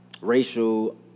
racial